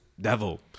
devil